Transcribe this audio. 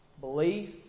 Belief